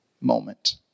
moment